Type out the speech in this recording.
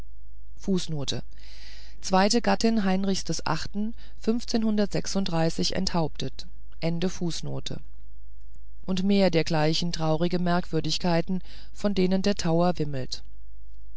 heinrichs enthauptet und mehr dergleichen traurige merkwürdigkeiten von denen der tower wimmelt